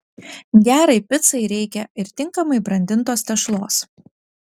gerai picai reikia ir tinkamai brandintos tešlos